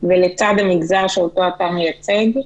ולצד המגזר שאותו אתה מייצג,